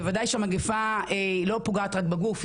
בוודאי שהמגיפה לא פוגעת רק בגוף.